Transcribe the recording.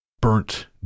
burnt